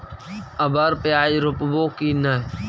अबर प्याज रोप्बो की नय?